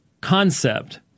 concept